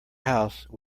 house